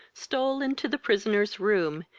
stole into the prisoner's room,